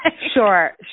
Sure